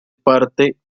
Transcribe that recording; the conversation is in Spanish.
parte